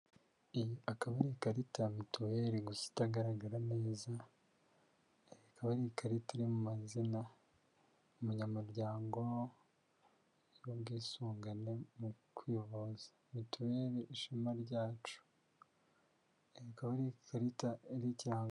Iyi akaba ari ikarita ya mituweli gusa itagaragara neza, ikaba ari ikarita iri mu mazina umunyamuryango w'ubwisungane mu kwivuza, mitueli ishema ryacu ikaba ari ikarita iri cyangwa.